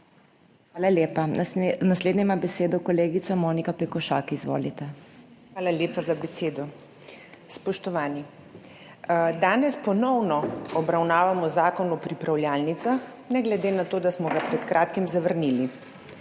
Hvala lepa. Naslednja ima besedo kolegica Monika Pekošak. Izvolite. **MONIKA PEKOŠAK (PS Svoboda):** Hvala lepa za besedo. Spoštovani! Danes ponovno obravnavamo zakon o pripravljalnicah, ne glede na to, da smo ga pred kratkim zavrnili.